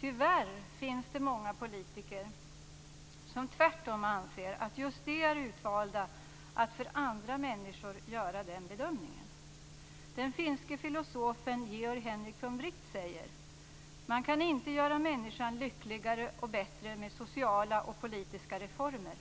Tyvärr finns det många politiker som tvärtom anser att just de är utvalda att för andra människor göra den bedömningen. Den finske filosofen Georg Henrik von Wright säger: "Man kan inte göra människan lyckligare och bättre med sociala och politiska reformer.